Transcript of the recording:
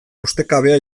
ustekabea